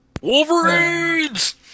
Wolverines